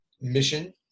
mission